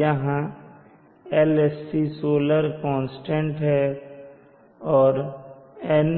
यहां LSC solar constant है और N